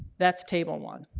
that's table one.